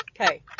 Okay